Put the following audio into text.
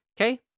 Okay